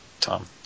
Tom